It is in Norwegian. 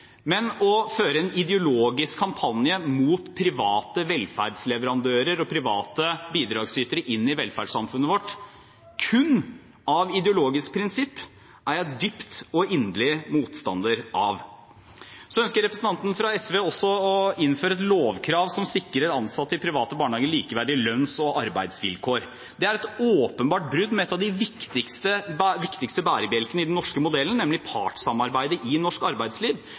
Men å føre en ideologisk kampanje mot private velferdsleverandører og private bidragsytere til velferdssamfunnet vårt kun av ideologiske prinsipper er jeg dypt og inderlig motstander av. Representanten fra SV ønsker også å innføre et lovkrav som sikrer ansatte i private barnehager likeverdige lønns- og arbeidsvilkår. Det er et åpenbart brudd med en av de viktigste bærebjelkene i den norske modellen, nemlig partssamarbeidet i norsk arbeidsliv,